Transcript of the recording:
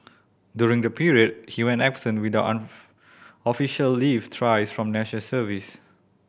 during that period he went absent without an official leave thrice from National Service